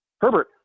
Herbert